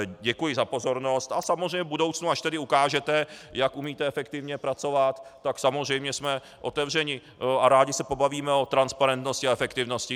Děkuji za pozornost a samozřejmě v budoucnu, až tady ukážete, jak umíte efektivně pracovat, tak samozřejmě jsme otevřeni a rádi se pobavíme o transparentnosti a efektivnosti.